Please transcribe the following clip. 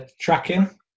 tracking